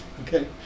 okay